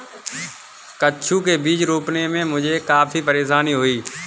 कद्दू के बीज रोपने में मुझे काफी परेशानी हुई